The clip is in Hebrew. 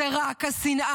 זו רק השנאה.